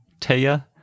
Taya